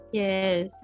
yes